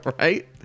right